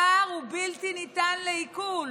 הפער הוא בלתי ניתן לעיכול.